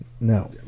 No